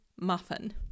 muffin